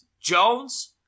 Jones